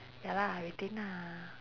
ya lah I retain ah